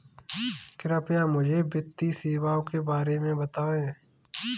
कृपया मुझे वित्तीय सेवाओं के बारे में बताएँ?